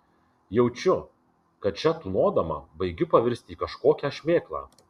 jaučiu kad čia tūnodama baigiu pavirsti į kažkokią šmėklą